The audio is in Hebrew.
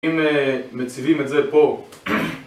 אם אה... מציבים את זה פה